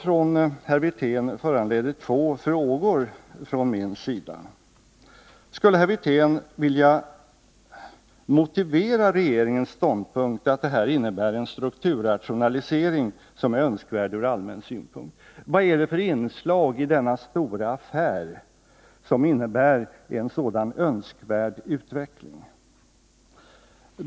Herr Wirténs svar föranleder två frågor från min sida: Skulle herr Wirtén vilja motivera regeringens ståndpunkt, att det här innebär en strukturrationalisering som är önskvärd ur allmän synpunkt? Vad är det för inslag i denna stora affär som innebär en sådan önskvärd utveckling?